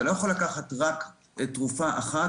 אתה לא יכול לקחת רק תרופה אחת.